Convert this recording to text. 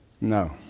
No